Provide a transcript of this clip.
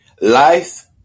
Life